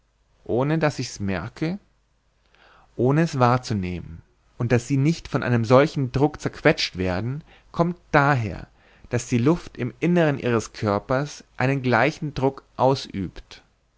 ohne daß ich's merke ohne es wahrzunehmen und daß sie nicht von einem solchen druck zerquetscht werden kommt daher daß die luft im innern ihres körpers einen gleichen druck ausübt